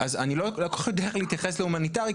אני לא כל כך יודע להתייחס להומניטרי,